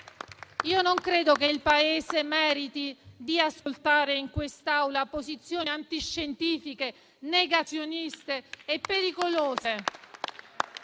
io non credo che il Paese meriti di ascoltare in quest'Aula posizioni antiscientifiche, negazioniste e pericolose.